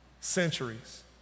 centuries